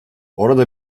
orada